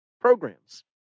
programs